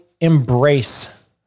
embrace